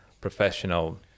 professional